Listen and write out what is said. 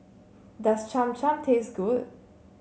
does Cham Cham taste good